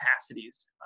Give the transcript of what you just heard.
capacities